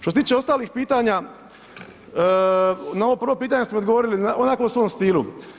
Što se tiče ostalih pitanja, na ovo prvo pitanje ste mi odgovorili, onako u svom stilu.